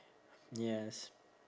yes